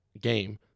game